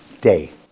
day